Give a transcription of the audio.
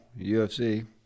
UFC